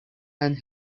and